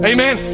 Amen